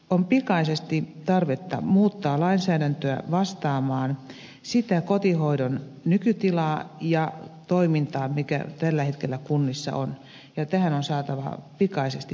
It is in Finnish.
on pikaisesti tarve muuttaa lainsäädäntöä vastaamaan sitä kotihoidon nykytilaa ja toimintaa mikä tällä hetkellä kunnissa on ja tähän on saatava pikaisesti parannus